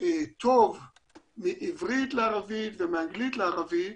טוב מעברית לערבית ומאנגלית לערבית